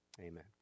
Amen